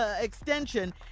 Extension